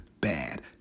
bad